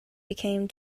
became